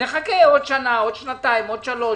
נחכה עוד שנה, עוד שנתיים, שלוש.